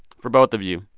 for both of you,